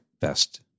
best